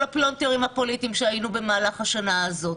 הפלונטרים הפוליטיים שהיו במהלך השנה הזאת.